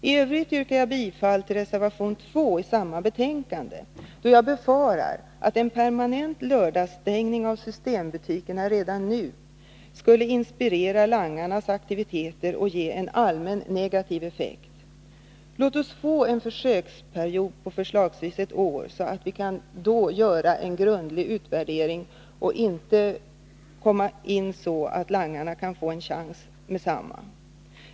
I övrigt yrkar jag bifall till reservation 2 i samma betänkande, då jag befarar att en permanent lördagsstängning av systembutikerna redan nu skulle inspirera langarnas aktiviteter och ge en allmänt negativ effekt. Låt oss få en försöksperiod på förslagsvis ett år, så att vi efter den tiden kan göra en grundlig utvärdering och inte med detsamma ge langarna en chans.